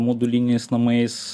moduliniais namais